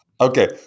Okay